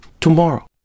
tomorrow